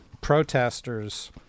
protesters